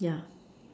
yeah